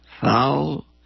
foul